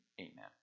Amen